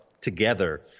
together